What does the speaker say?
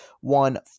one